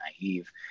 naive